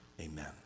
Amen